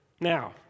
now